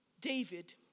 David